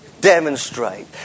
Demonstrate